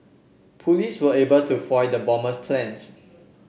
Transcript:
police were able to foil the bomber's plans